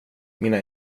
mina